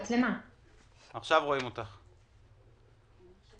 אמרתי את עמדתי מבחינת זה שמדובר פה בנושא חדש.